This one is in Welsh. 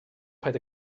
paid